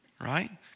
Right